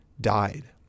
died